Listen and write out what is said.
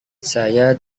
saya